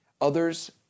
Others